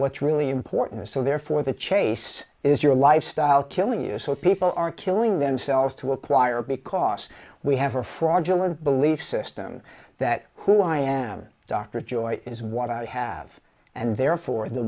what's really important so therefore the chase is your lifestyle killing you so people are killing themselves to apply or because we have a fraudulent belief system that who i am dr joy is what i have and therefore the